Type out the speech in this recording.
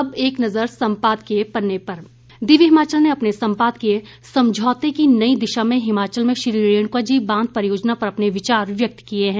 अब एक नज़र सम्पादकीय पन्ने पर दिव्य हिमाचल ने अपने सम्पादकीय समझौते की नई दिशा में हिमाचल में श्रीरेणुका जी बांध परियोजना पर अपने विचार व्यक्त किये हैं